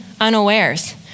unawares